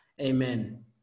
Amen